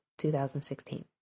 2016